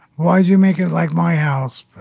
why are you making it like my house?